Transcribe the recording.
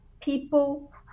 people